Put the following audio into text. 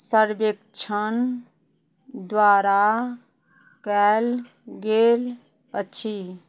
सर्बेक्षण द्वारा कएल गेल अछि